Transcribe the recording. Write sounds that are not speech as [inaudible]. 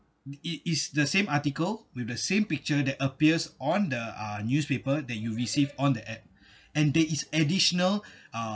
it is the same article with the same picture that appears on the uh newspaper that you received on the app [breath] and there is additional uh